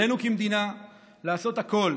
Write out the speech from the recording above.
עלינו כמדינה לעשות הכול